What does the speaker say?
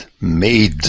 made